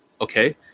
Okay